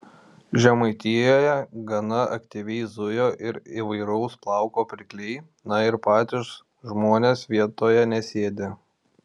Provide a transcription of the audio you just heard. žemaitijoje gana aktyviai zujo ir įvairaus plauko pirkliai na ir patys žmonės vietoje nesėdi